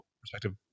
perspective